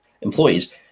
employees